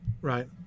right